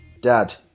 Dad